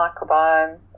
microbiome